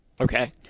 Okay